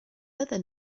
other